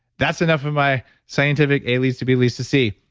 that's enough of my scientific a leads to b leads to c,